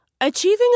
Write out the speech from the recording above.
Achieving